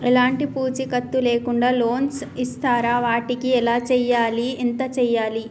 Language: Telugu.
ఎలాంటి పూచీకత్తు లేకుండా లోన్స్ ఇస్తారా వాటికి ఎలా చేయాలి ఎంత చేయాలి?